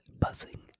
buzzing